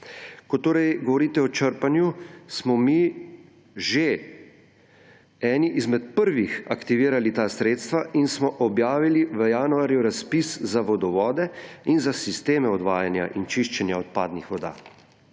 Ko torej govorite o črpanju, smo mi že eni izmed prvih aktivirali ta sredstva in smo objavili v januarju razpis za vodovode in za sisteme odvajanja in čiščenja odpadnih voda,